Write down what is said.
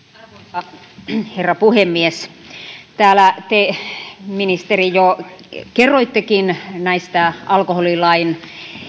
arvoisa herra puhemies täällä te ministeri jo kerroittekin näistä alkoholilain